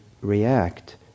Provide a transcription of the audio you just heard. react